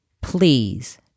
please